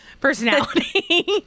personality